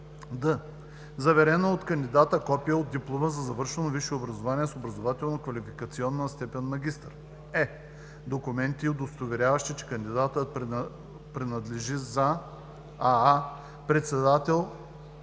д) заверено от кандидата копие от диплома за завършено висше образование с образователно-квалификационна степен „магистър“; е) документи, удостоверяващи, че кандидатът, предложен за: аа) председател